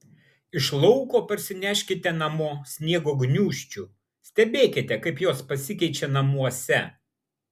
iš lauko parsineškite namo sniego gniūžčių stebėkite kaip jos pasikeičia namuose